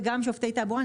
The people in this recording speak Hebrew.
וגם שופטי תעבורה.